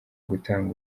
gutanga